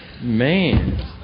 Man